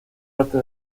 arte